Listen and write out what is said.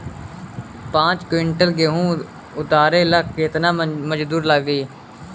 पांच किविंटल गेहूं उतारे ला केतना मजदूर लागी?